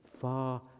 far